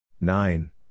Nine